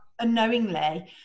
unknowingly